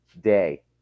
day